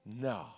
no